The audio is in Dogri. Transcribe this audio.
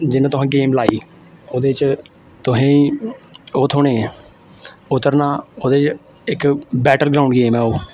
जियां तुसें गेम लाई ओह्दे च तुसेंगी ओह् थ्होने उतरना ओह्दे च इक बैटल ग्राउंड गेम ऐ ओह्